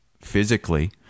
physically